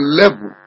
level